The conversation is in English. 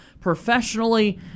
professionally